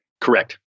Correct